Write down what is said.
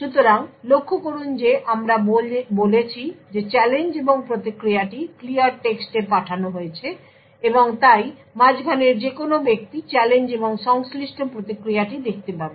সুতরাং লক্ষ্য করুন যে আমরা বলেছি যে চ্যালেঞ্জ এবং প্রতিক্রিয়াটি ক্লিয়ার টেক্সটে পাঠানো হয়েছে এবং তাই মাঝখানের যে কোনও ব্যক্তি চ্যালেঞ্জ এবং সংশ্লিষ্ট প্রতিক্রিয়াটি দেখতে পাবে